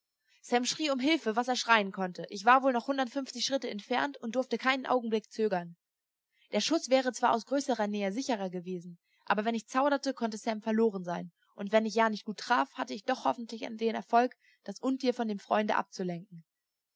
sam schrie um hilfe was er schreien konnte ich war wohl noch hundertfünfzig schritte entfernt und durfte keinen augenblick zögern der schuß wäre zwar aus größerer nähe sicherer gewesen aber wenn ich zauderte konnte sam verloren sein und wenn ich ja nicht gut traf hatte ich doch hoffentlich den erfolg das untier von dem freunde abzulenken